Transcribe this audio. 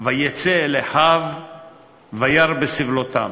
ויצא אל אחיו וירא בסבלֹתם".